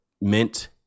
mint